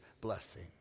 blessing